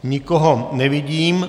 Nikoho nevidím.